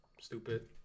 Stupid